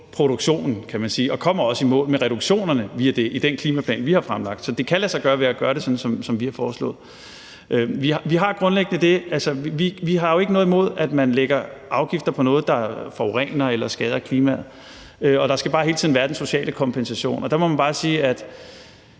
produktionen, kan man sige, og kommer også i mål med reduktionerne via det i den klimaplan, vi har fremlagt. Så det kan lade sig gøre ved at gøre det sådan, som vi har foreslået. Vi har jo ikke noget imod, at man lægger afgifter på noget, der forurener eller skader klimaet, og der skal bare hele tiden være den sociale kompensation. Og der må man bare sige, at